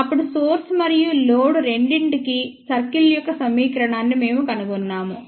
అప్పుడు సోర్స్ మరియు లోడ్ రెండింటికీ సర్కిల్ యొక్క సమీకరణాన్ని మేము కనుగొన్నాము